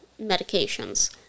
medications